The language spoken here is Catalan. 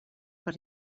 per